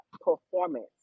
performance